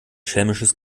schelmisches